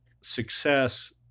success